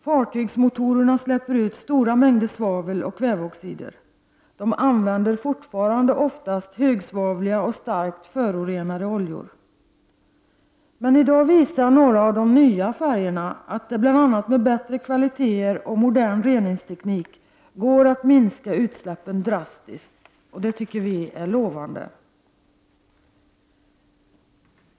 Fartygsmotorerna släpper ut stora mängder svavel och kväveoxider. De använder fortfarande oftast högsvavliga och starkt förorenade oljor. Men i dag visar några av de nya färjorna att det bl.a. med bättre kvaliteter och modern reningsteknik går att minska utsläppen drastiskt. Det tycker vi är lovande.